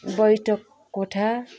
बैठक कोठा